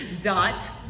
dot